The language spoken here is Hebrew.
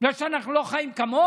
בגלל שאנחנו לא חיים כמוך?